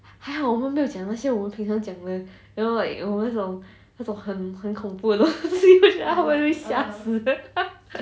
还好我们没有讲那些我们平常讲的 you know like you know 那种那种很很恐怖的东西等下他被吓死